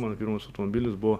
mano pirmas automobilis buvo